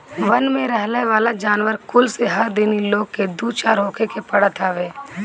वन में रहेवाला जानवर कुल से हर दिन इ लोग के दू चार होखे के पड़त हवे